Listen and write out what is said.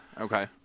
Okay